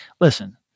listen